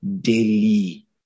daily